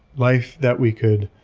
life that we could